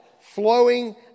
flowing